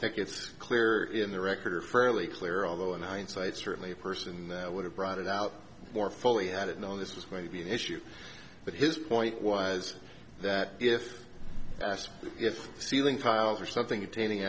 think it's clear in the record are fairly clear although in hindsight certainly a person that would have brought it out more fully had it known this was going to be an issue but his point was that if asked if the ceiling tiles or something attaining